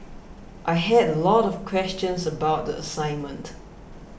I had a lot of questions about the assignment